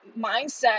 mindset